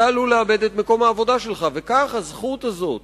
אתה עלול לאבד את מקום העבודה שלך, וכך הזכות הזאת